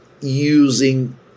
using